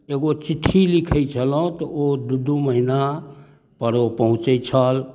एगो चिट्ठी लिखै छलहुँ तऽ ओ दुइ दुइ महिनापर ओ पहुँचै छल